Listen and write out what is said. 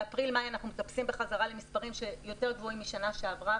באפריל-מאי אנחנו מטפסים חזרה למספרים אפילו יותר גבוהים משנה שעברה.